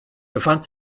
befand